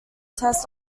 test